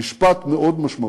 משפט מאוד משמעותי,